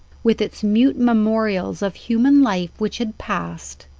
with its mute memorials of human life which had passed.